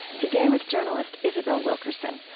today, with journalist isabel wilkerson,